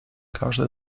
każdy